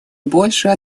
больше